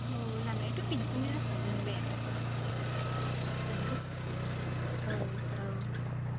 औ लामायाथ' बिदिनो जाखागोन बे जोंथ' औ औ